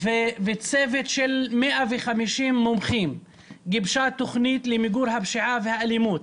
ובצוות של 150 מומחים גיבשה תוכנית למיגור הפשיעה והאלימות,